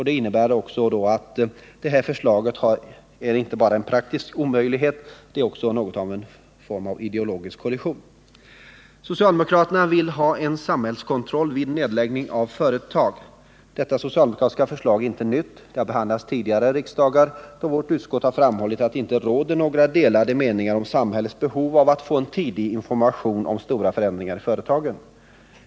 Det innebär också att detta förslag inte bara är en praktisk omöjlighet, det är också något av en ideologisk kollision. Socialdemokraterna vill ha en samhällskontroll vid nedläggning av företag. Detta socialdemokratiska förslag är inte nytt. Det har behandlats av tidigare riksdagar, då vårt utskott har framhållit att det inte råder några delade meningar om samhällets behov av att få tidig information om stora förändringar i företagen.